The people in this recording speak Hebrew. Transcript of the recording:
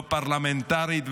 לא פרלמנטרית,